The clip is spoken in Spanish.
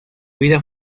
vida